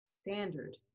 standard